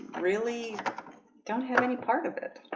really don't have any part of it.